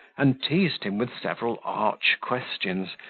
and teased him with several arch questions,